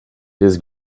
his